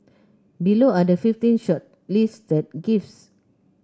below are the fifteen shortlisted gifts